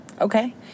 Okay